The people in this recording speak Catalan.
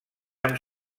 amb